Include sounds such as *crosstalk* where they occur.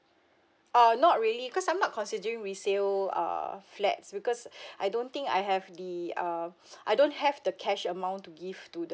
ah not really because I'm not considering resale err flats because *breath* I don't think I have the err *breath* I don't have the cash amount to give to